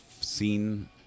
seen